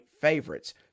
favorites